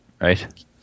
right